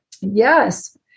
Yes